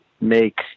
make